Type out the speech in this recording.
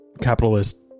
capitalist